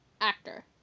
actor